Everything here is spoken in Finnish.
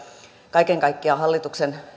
kaiken kaikkiaan hallituksen